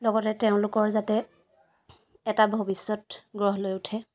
লগতে তেওঁলোকৰ যাতে এটা ভৱিষ্যত গঢ় লৈ উঠে